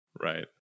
right